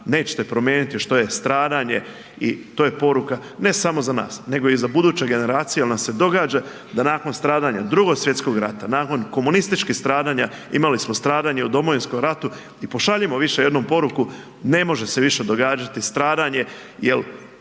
nećete promijeniti što je stradanje i to je poruka ne samo za nas nego i za buduće generacije jel nam se događa da nakon stradanja, Drugog svjetskog rata, nakon komunističkih stradanja imali smo stradanje i u Domovinskom ratu i pošaljimo više jednom poruku ne može se više događati stradanje jel